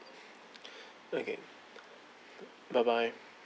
okay bye bye